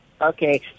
Okay